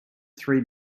three